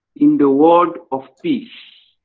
in the world of peace.